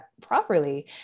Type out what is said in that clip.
properly